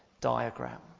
diagram